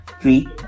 three